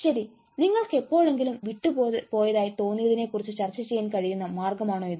ശരി നിങ്ങൾക്ക് എപ്പോഴെങ്കിലും വിട്ട്പോയതായി തോന്നിയതിനെക്കുറിച്ച് ചർച്ചചെയ്യാൻ കഴിയുന്ന മാർഗമാണോ ഇത്